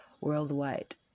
worldwide